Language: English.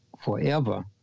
forever